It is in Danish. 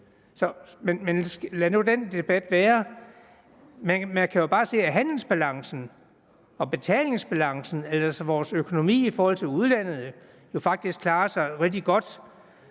lad nu den debat være. Man kan jo bare se, at handelsbalancen og betalingsbalancen, altså vores økonomi i forhold til udlandet, jo faktisk klarer sig rigtig godt.